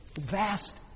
vast